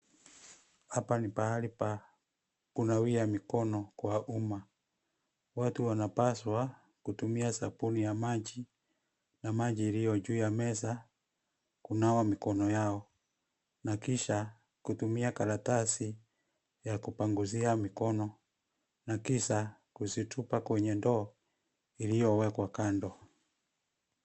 Hapa ni pahali pa kunawia mikono kwa umma. Watu wanapaswa kutumia sabuni ya maji na maji iliyo juu ya meza kunawa mikono yao na kisha, kutumia karatasi ya kupanguzia mikino na kisha, kuzitupa kwenye ndoo iliyowekwa kando.